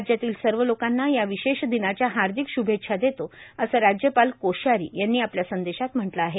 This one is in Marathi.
राज्यातील सर्व लोकांना या विशेष दिनाच्या हार्दिक श्भेच्छा देतो असे राज्यपाल कोश्यारी यांनी आपल्या संदेशात म्हटले आहे